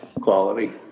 Quality